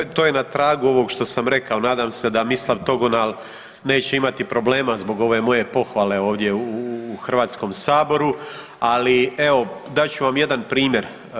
Dakle, to je na tragu ovog što sam rekao nadam se da Mislav Togonal neće imati problema zbog ove moje pohvale ovdje u Hrvatskom saboru, ali evo dat ću vam jedan primjer.